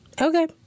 okay